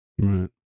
Right